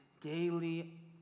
daily